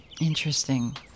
Interesting